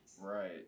Right